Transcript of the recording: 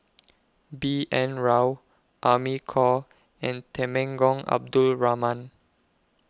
B N Rao Amy Khor and Temenggong Abdul Rahman